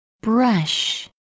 Brush